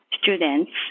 students